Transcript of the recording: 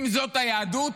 אם זאת היהדות,